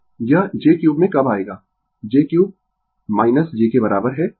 इस j cube में कब आएगा j क्यूब j के बराबर है